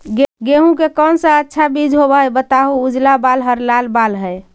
गेहूं के कौन सा अच्छा बीज होव है बताहू, उजला बाल हरलाल बाल में?